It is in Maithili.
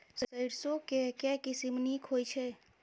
सैरसो केँ के किसिम नीक होइ छै?